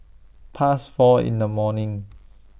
Past four in The morning